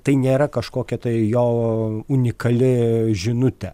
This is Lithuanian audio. tai nėra kažkokia tai jo unikali žinutė